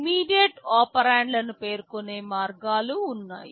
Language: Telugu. ఇమీడియట్ ఒపెరాండ్లు పేర్కొనే మార్గాలు ఉన్నాయి